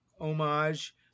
homage